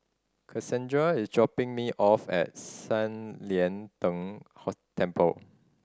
Cassandra is dropping me off at San Lian Deng Temple